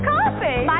Coffee